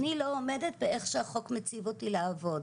אני לא עומדת איך שהחוק מציב אותי לעבוד,